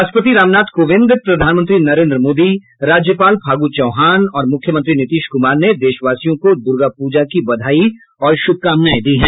राष्ट्रपति रामनाथ कोविंद प्रधानमंत्री नरेंद्र मोदी राज्यपाल फागू चौहान और मुख्यमंत्री नीतीश कुमार ने देशवासियों को दुर्गा पूजा की बधाई और शुभकामनाएं दी है